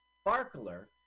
sparkler